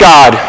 God